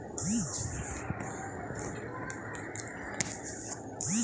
শুঁয়োপোকা চাষ করে রেশম পাওয়ার বিভিন্ন উপায় রয়েছে